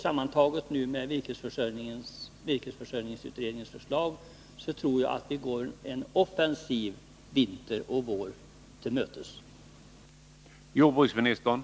Sammantaget med virkesförsörjningsutredningens förslag bör detta innebära att vi går en offensiv vinter och vår till mötes.